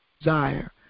desire